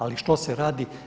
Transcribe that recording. Ali što se radi?